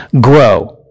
grow